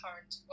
current